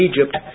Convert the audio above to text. Egypt